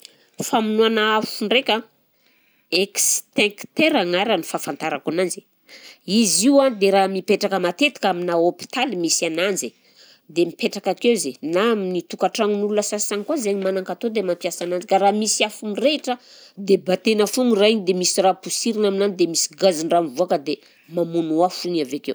Famonoana afo ndraika, extincteur agnarany fahafantarako ananzy, izy io a dia raha mipetraka matetika aminà hôpitaly misy ananjy dia mipetraka akeo izy, na amin'ny tokantragnon'olona sasany koa zaigny manan-katao dia mampiasa ananjy, ka raha misy afo mirehitra, dia bataina foagna raha igny dia misy raha posirina aminany dia misy gazin-draha mivoaka dia mamono afo igny avy akeo.